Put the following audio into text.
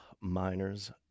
Miner's